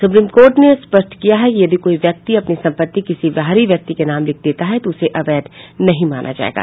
supreme court ने स्पष्ट किया है कि यदि कोई व्यक्ति अपनी संपत्ति किसी बाहरी व्यक्ति के नाम लिख देता है तो उसे अवैध नहीं माना जायेगा